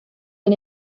fan